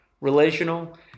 relational